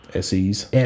SEs